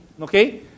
okay